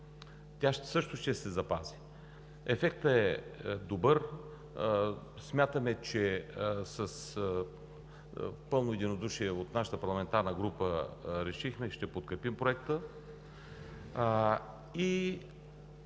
тя също ще се запази. Ефектът е добър. С пълно единодушие нашата парламентарна група решихме, че ще подкрепим Законопроекта.